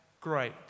great